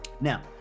Now